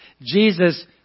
Jesus